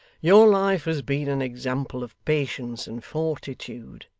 your life has been an example of patience and fortitude,